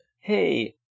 Hey